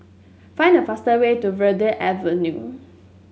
find the fastest way to Verde Avenue